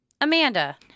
Amanda